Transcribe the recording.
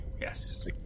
yes